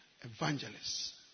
evangelists